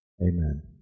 amen